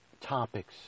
topics